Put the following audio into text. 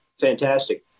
fantastic